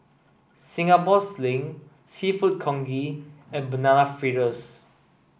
Singapore sling Seafood Congee and banana fritters